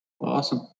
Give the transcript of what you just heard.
Awesome